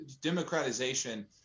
democratization